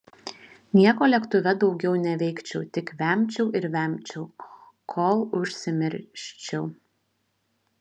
nieko lėktuve daugiau neveikčiau tik vemčiau ir vemčiau kol užsimirščiau